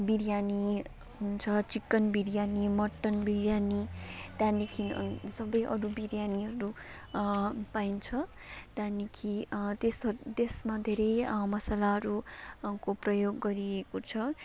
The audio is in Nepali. बिर्यानी हुन्छ चिकन बिर्यानी मटन बिर्यानी त्यहाँदेखि सबै अरू बिर्यानीहरू पाइन्छ त्यहाँदेखि त्यस त्यसमा धेरै मसलाहरूको प्रयोग गरिएको छ